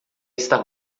está